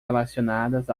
relacionadas